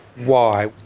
why?